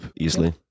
easily